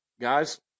guys